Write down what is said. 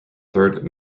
third